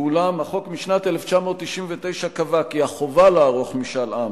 ואולם, החוק משנת 1999 קבע כי החובה לערוך משאל עם